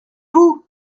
vous